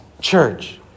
church